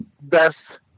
best